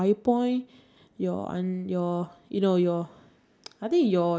I will say foundation comes first I feel like concealer okay wait wait wait wait wait